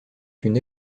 une